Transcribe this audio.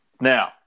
Now